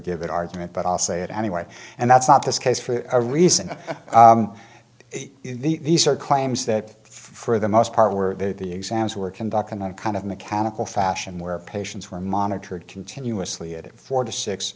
give it argument but i'll say it anyway and that's not this case for a reason these are claims that for the most part were the exams were conducted in a kind of mechanical fashion where patients were monitored continuously it four to